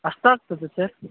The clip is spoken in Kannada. ಅಷ್ಟು ಆಗ್ತದೆ ಸರ್